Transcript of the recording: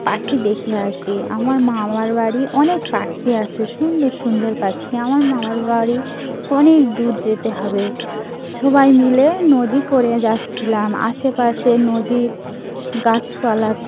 পাখি দেখে আসি আমার মামার বাড়ি অনেক পাখি আছে সুন্দর সুন্দর পাখি আমার মামার বাড়ি অনেক দূর যেতে হবে সবাই মিলে নদী করে যাচ্ছিলাম আশেপাশে নদীর গাছপালা